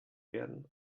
werden